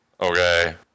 Okay